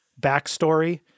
backstory